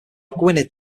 gwynedd